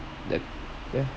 that yeah